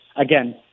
Again